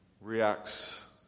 reacts